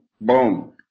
Boom